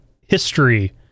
history